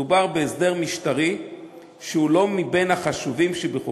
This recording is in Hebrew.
מדובר בהסדר משטרי שהוא לא מן החשובים שבהוראות